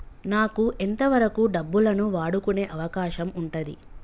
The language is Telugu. నాకు ఎంత వరకు డబ్బులను వాడుకునే అవకాశం ఉంటది?